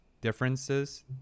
differences